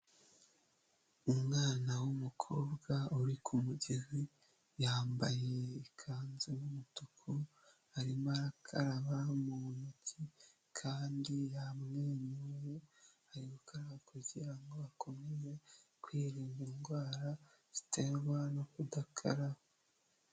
Umwana w'umukobwa uri ku mugezi yambaye ikanzu y'umutuku arimo arakaraba mu ntoki kandi yamwenyuye, ari gukaraba kugira ngo akomeze kwirinda indwara ziterwa no kudakaraba.